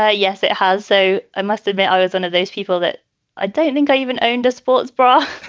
ah yes, it has, though. i must admit, i was one of those people that i ah don't think i even owned a sports bra